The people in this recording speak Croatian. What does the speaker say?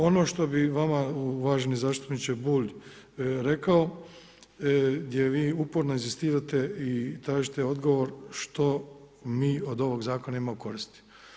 Ono što bi vama uvaženi zastupniče Bulj rekao, gdje vi uporno inzistirate i tražite odgovor što mi od ovog zakona imamo u koristi.